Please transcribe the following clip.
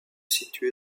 situé